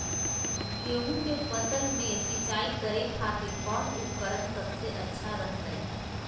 गेहूं के फसल में सिंचाई करे खातिर कौन उपकरण सबसे अच्छा रहतय?